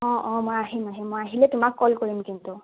অঁ অঁ মই আহিম আহিম মই আহিলে তোমাক কল কৰিম কিন্তু